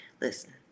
Listen